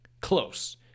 Close